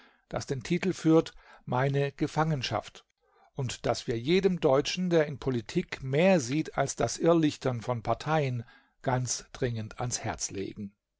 das den titel führt meine gefangenschaft und das wir jedem deutschen der in politik mehr sieht als das irrlichtern von parteien ganz dringend ans herz legen